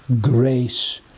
grace